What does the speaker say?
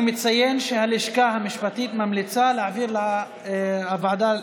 אני מציין שהלשכה המשפטית ממליצה להעביר לוועדת העבודה,